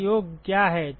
वह योग क्या है